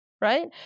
right